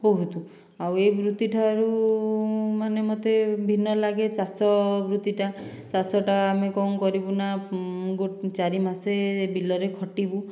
ବହୁତ ଆଉ ଏ ବୃତ୍ତିଠାରୁ ମାନେ ମୋତେ ଭିନ୍ନ ଲାଗେ ଚାଷ ବୃତ୍ତିଟା ଚାଷଟା ଆମେ କ'ଣ କରିବୁ ନା ଚାରି ମାସ ବିଲରେ ଖଟିବୁ